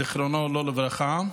זיכרונו לא לברכה,